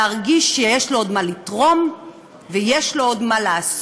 ולהרגיש שיש לו עוד מה לתרום ויש לו עוד מה לעשות,